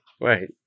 Right